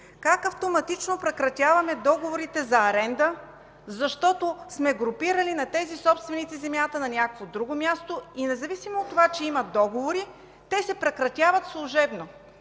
Как автоматично прекратяваме договорите за аренда, защото сме групирали земята на тези собственици на някакво друго място и независимо от това, че имат договори, те се прекратяват служебно,